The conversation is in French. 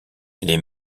les